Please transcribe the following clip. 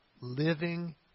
living